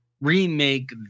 remake